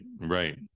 right